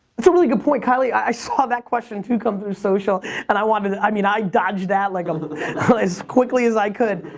that's a really good point, kylie. i saw that question, too, come through social and i wanted, i mean, i dodged that like um as quickly as i could.